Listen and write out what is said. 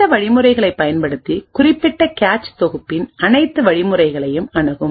இந்த வழிமுறைகளை பயன்படுத்திகுறிப்பிட்ட கேச் தொகுப்பின் அனைத்து வழிகளையும் அணுகும்